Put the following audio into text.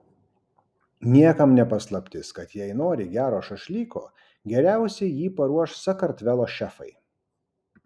niekam ne paslaptis kad jei nori gero šašlyko geriausiai jį paruoš sakartvelo šefai